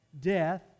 death